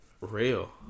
real